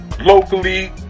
locally